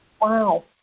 wow